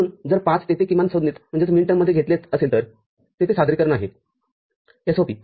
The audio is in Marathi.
म्हणून जर ५ तेथे किमान संज्ञेत घेतले तर तेथे सादरीकरण आहे SOP